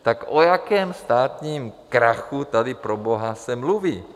Tak o jakém státním krachu se tady proboha mluví?